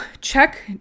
check